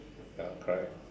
ya correct